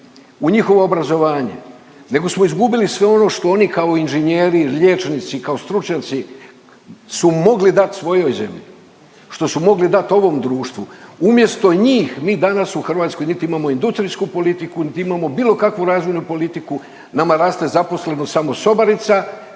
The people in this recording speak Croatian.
u njihovo obrazovanje nego smo izgubili sve ono što oni kao inženjeri, liječnici, kao stručnjaci su mogli dat svojoj zemlji, što su mogli dat ovom društvu. Umjesto njih mi danas u Hrvatskoj niti imamo industrijsku politiku, niti imamo bilo kakvu razvojnu politiku. Nama raste zaposlenost samo sobarica,